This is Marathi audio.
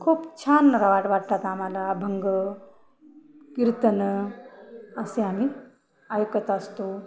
खूप छान रा वाट वाटतात आम्हाला अभंग कीर्तन असे आम्ही ऐकत असतो